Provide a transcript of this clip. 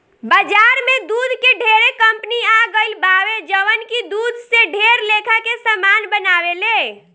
बाजार में दूध के ढेरे कंपनी आ गईल बावे जवन की दूध से ढेर लेखा के सामान बनावेले